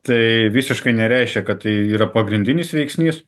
tai visiškai nereiškia kad tai yra pagrindinis veiksnys